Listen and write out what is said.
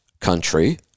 country